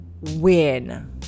win